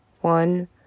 one